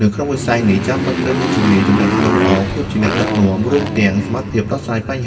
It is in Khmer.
សរុបជារួម អាជីពជាអ្នកជំនាញក្នុងអង្គការក្រៅរដ្ឋាភិបាល នៅកម្ពុជា គឺជាការងារមួយដែល ទាមទារការប្តេជ្